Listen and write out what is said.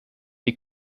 die